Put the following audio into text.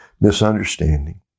misunderstanding